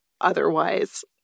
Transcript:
otherwise